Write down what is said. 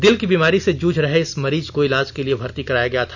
दिल की बीमारी से जूझ रहे इस मरीज को इलाज के लिए भर्ती कराया गया था